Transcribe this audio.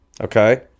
Okay